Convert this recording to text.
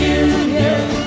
union